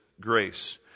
grace